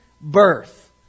birth